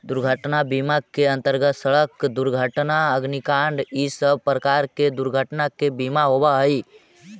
दुर्घटना बीमा के अंतर्गत सड़क दुर्घटना अग्निकांड इ सब प्रकार के दुर्घटना के बीमा होवऽ हई